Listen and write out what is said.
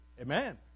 Amen